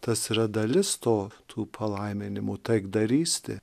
tas yra dalis to tų palaiminimų taikdarystė